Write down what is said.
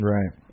Right